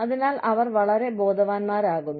അതിനാൽ അവർ വളരെ ബോധവാന്മാരാകുന്നു